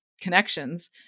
connections